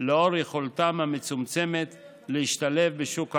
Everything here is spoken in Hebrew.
לנוכח יכולתם המצומצמת להשתלב בשוק העבודה.